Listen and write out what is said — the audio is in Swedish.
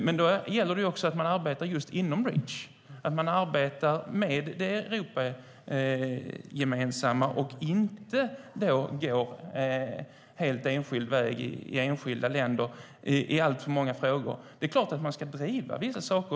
Men då gäller det att man arbetar just inom Reach med det Europagemensamma och att enskilda länder inte går helt sin egen väg i alltför många frågor. Det är klart att man ska driva vissa frågor.